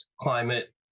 climate